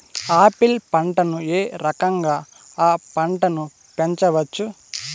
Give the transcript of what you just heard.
Apple పంటను ఏ రకంగా అ పంట ను పెంచవచ్చు?